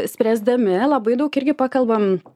spręsdami labai daug irgi pakalbam